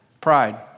Pride